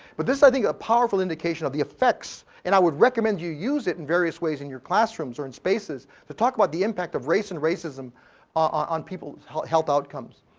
but this i think a powerful indication of the effects, and i would recommend you use it in various ways, in your classrooms or in spaces. we talk about the impact of race and racism on people health health outcomes.